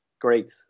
Great